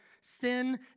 sin